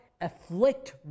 afflict